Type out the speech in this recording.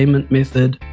um and method,